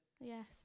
Yes